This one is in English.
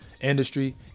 Industry